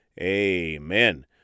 amen